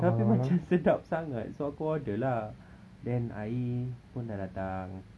tapi macam sedap sangat so aku order lah then air pun dah datang